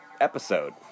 episode